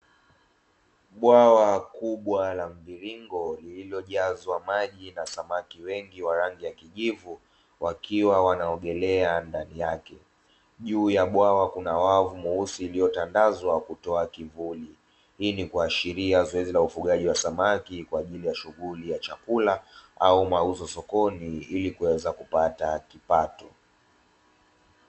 Bwawa kubwa la mviringo lililojazwa maji na samaki wengi wa rangi ya kijivu wakiwa wanaogelea ndani yake juu ya bwawa kuna wavu mweusi iliyotandazwa kutoa kivuli, hii ni kuashiria zoezi la ufugaji wa samaki kwa ajili ya shughuli ya chakula au mauzo sokoni ili kuweza kupata kipato.